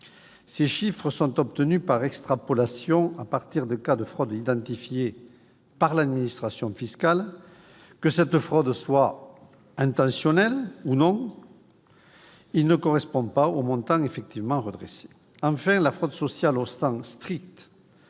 Ces chiffres sont obtenus par extrapolation à partir des cas de fraude identifiés par l'administration fiscale, que cette fraude soit intentionnelle ou non. Ils ne correspondent pas au montant effectivement redressé. Enfin, la fraude sociale au sens strict-